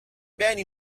beni